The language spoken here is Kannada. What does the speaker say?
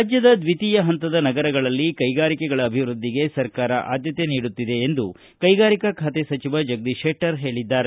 ರಾಜ್ಗದ ದ್ವಿತೀಯ ಹಂತದ ನಗರಗಳಲ್ಲಿ ಕೈಗಾರಿಕೆಗಳ ಅಭಿವೃದ್ಧಿಗೆ ಸರಕಾರ ಆದ್ಯತೆ ನೀಡುತ್ತಿದೆ ಎಂದು ಕೈಗಾರಿಕಾ ಖಾತೆ ಸಚಿವ ಜಗದೀಶ ಶೆಟ್ಟರ್ ಹೇಳಿದ್ದಾರೆ